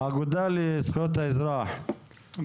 האגודה לזכויות האזרח,